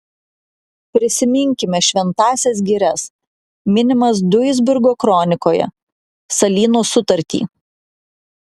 prisiminkime šventąsias girias minimas duisburgo kronikoje salyno sutartį